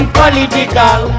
political